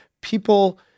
people